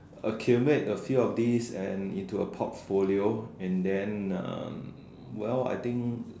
accumulate a few of these and into a portfolio and then um well I think